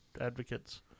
advocates